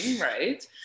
right